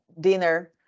dinner